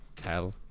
Hell